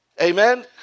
Amen